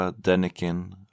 Denikin